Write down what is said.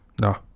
no